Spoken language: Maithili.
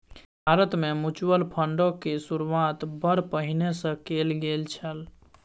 भारतमे म्यूचुअल फंडक शुरूआत बड़ पहिने सँ कैल गेल छल